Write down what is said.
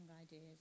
ideas